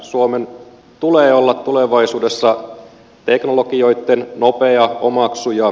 suomen tulee olla tulevaisuudessa teknologioitten nopea omaksuja